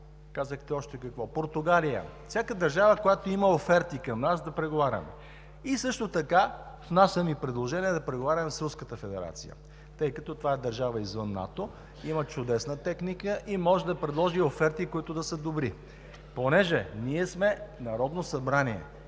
Италия – да, Португалия. С всяка държава, която има оферти към нас, да преговаряме. Също така внасям и предложение да преговаряме с Руската федерация, тъй като това е държава извън НАТО, има чудесна техника и може да предложи оферти, които да са добри. Тъй като ние сме Народно събрание,